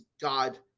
God